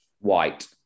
White